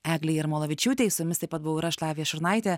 eglei jarmolavičiūtei su jumis taip pat buvau ir aš lavija šurnaitė